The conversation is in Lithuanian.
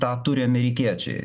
tą turi amerikiečiai